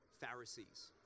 Pharisees